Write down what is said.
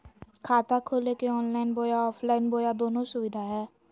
खाता खोले के ऑनलाइन बोया ऑफलाइन बोया दोनो सुविधा है?